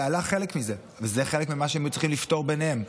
זה היה חלק מזה וזה חלק ממה שהם היו צריכים לפתור ביניהם,